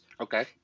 Okay